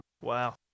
Wow